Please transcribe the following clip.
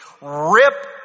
rip